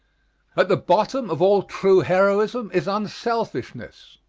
at the bottom of all true heroism is unselfishness.